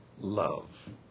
love